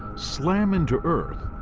slam into earth,